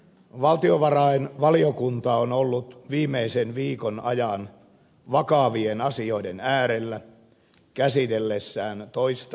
valtiovarainvaliokunta on ollut viimeisen viikon ajan vakavien asioiden äärellä käsitellessään toista lisätalousarvioehdotusta